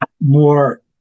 more